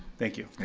thank you.